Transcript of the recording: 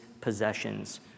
possessions